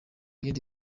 yindi